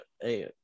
hey